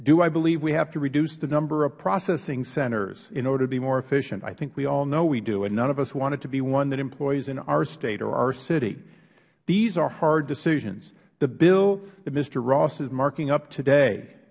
do i believe we have to reduce the number of processing centers in order to be more efficient i think we all know we do and none of us want it to be one that employs in our state or our city these are hard decisions the bill that mister ross is marking up today